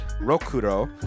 Rokuro